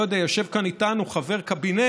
אני לא יודע, יושב כאן איתנו חבר קבינט.